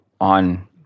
on